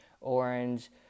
orange